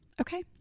Okay